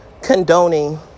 Condoning